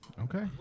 Okay